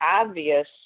obvious